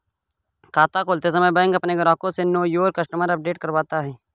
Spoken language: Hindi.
खाता खोलते समय बैंक अपने ग्राहक से नो योर कस्टमर अपडेट करवाता है